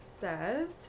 says